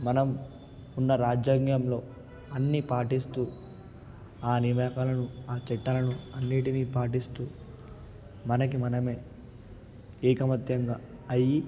మనం ఉన్న రాజ్యాంగంలో అన్ని పాటిస్తూ ఆ నివాకాలను ఆ చట్టాలను అన్నిటినీ పాటిస్తూ మనకి మనమే ఐకమత్యంగా అయ్యి